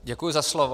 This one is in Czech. Děkuji za slovo.